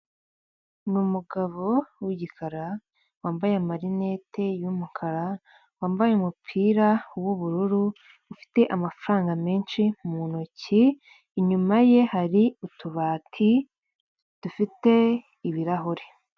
Ni umu umugabo w'igikara, wambaye amarinete y'umukara, wambaye umupira w'ubururu, ufite amafaranga menshi mu ntoki, inyuma ye hari utubati dufite ibirahuri.